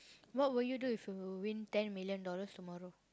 what will you do if you win ten million dollars tomorrow